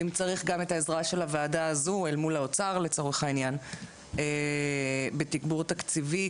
ואם צריך גם את העזרה של הוועדה הזו מול האוצר בתגבור תקציבי,